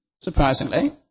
surprisingly